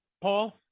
Paul